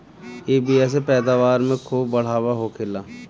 इ बिया से पैदावार में खूब बढ़ावा होखेला